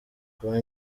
kuba